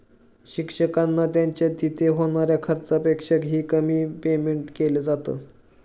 शिक्षकांना त्यांच्या तिथे होणाऱ्या खर्चापेक्षा ही, कमी पेमेंट केलं जात